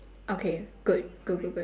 okay good good good good